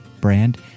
brand